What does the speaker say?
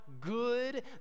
good